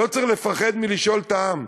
לא צריך לפחד מלשאול את העם.